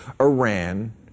Iran